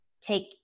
take